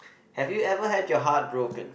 have you ever had your heart broken